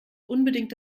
unbedingt